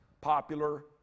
popular